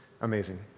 Amazing